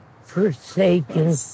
forsaken